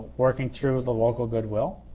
working through the local goodwill.